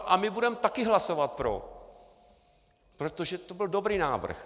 A my budeme taky hlasovat pro, protože to byl dobrý návrh.